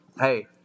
Hey